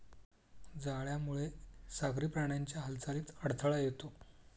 जाळ्यामुळे सागरी प्राण्यांच्या हालचालीत अडथळा येतो